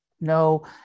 no